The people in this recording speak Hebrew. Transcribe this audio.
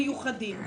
מיוחדים.